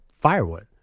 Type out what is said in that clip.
firewood